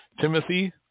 Timothy